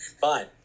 Fine